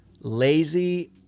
lazy